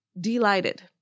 delighted